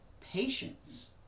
patience